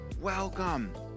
welcome